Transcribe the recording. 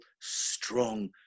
strong